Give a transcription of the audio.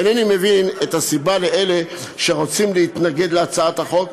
אינני מבין את הסיבה של אלה שרוצים להתנגד להצעת החוק,